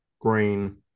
Green